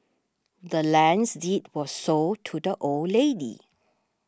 the land's deed was sold to the old lady